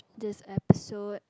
this episode